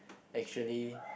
actually